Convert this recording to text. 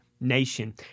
nation